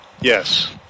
Yes